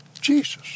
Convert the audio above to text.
Jesus